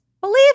believe